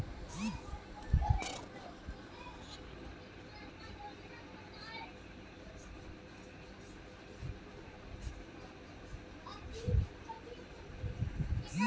साहब कब ले खाता खोलवाइले के बाद पासबुक मिल जाई?